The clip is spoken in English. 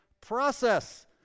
process